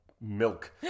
Milk